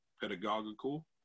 pedagogical